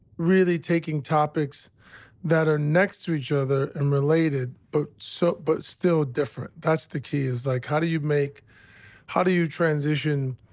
really taking topics that are next to each other and related but so but still different. that's the key is, like, how do you how do you transition